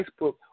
Facebook